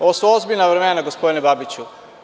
Ovo su ozbiljna vremena, gospodine Babiću.